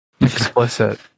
explicit